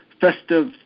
festive